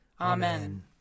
Amen